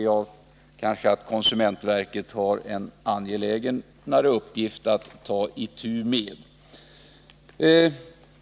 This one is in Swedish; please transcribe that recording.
Jag anser att konsumentverket här har en mer angelägen uppgift att ta itu med.